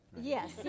Yes